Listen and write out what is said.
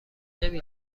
نمی